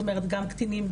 זאת אומרת גם קטינים,